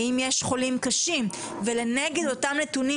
האם יש חולים קשים בקרב הילדים ולנגד אותם הנתונים